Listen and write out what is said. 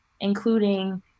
including